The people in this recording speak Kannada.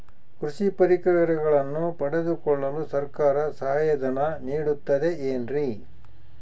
ಕೃಷಿ ಪರಿಕರಗಳನ್ನು ಪಡೆದುಕೊಳ್ಳಲು ಸರ್ಕಾರ ಸಹಾಯಧನ ನೇಡುತ್ತದೆ ಏನ್ರಿ?